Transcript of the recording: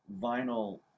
vinyl